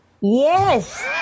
Yes